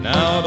Now